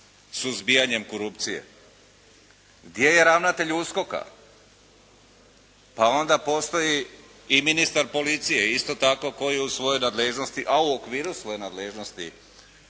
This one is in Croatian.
suzbijanjem korupcije. Gdje je ravnatelj USKOK-a? Pa onda postoji i ministar policije isto tako koji u svojoj nadležnosti, a u okviru svoje nadležnosti